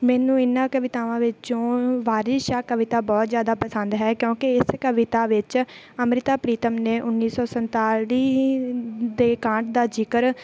ਮੈਨੂੰ ਇਹਨਾਂ ਕਵਿਤਾਵਾਂ ਵਿੱਚੋਂ ਵਾਰਿਸ ਸ਼ਾਹ ਕਵਿਤਾ ਬਹੁਤ ਜ਼ਿਆਦਾ ਪਸੰਦ ਹੈ ਕਿਉਂਕਿ ਇਸ ਕਵਿਤਾ ਵਿੱਚ ਅੰਮ੍ਰਿਤਾ ਪ੍ਰੀਤਮ ਨੇ ਉੱਨੀ ਸੌ ਸੰਤਾਲੀ ਦੇ ਕਾਂਡ ਦਾ ਜ਼ਿਕਰ